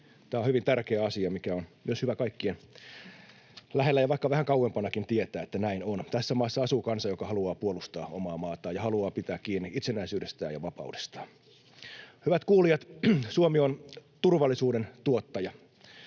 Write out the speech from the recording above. Tämä on hyvin tärkeä asia, mikä on myös hyvä kaikkien lähellä ja vaikka vähän kauempanakin tietää, että näin on. Tässä maassa asuu kansa, joka haluaa puolustaa omaa maataan ja haluaa pitää kiinni itsenäisyydestään ja vapaudestaan. Hyvät kuulijat! Suomi on turvallisuuden tuottaja.